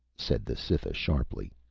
said the cytha sharply.